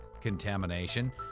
contamination